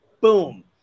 boom